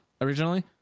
originally